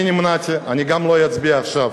אני נמנעתי, אני גם לא אצביע עכשיו.